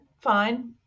fine